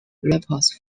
reports